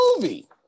movie